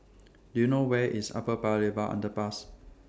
Do YOU know Where IS Upper Paya Lebar Underpass